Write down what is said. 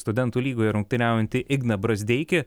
studentų lygoje rungtyniaujantį igną brazdeikį